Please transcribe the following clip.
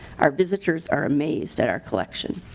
our visitors are amazed at our collection.